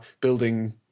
building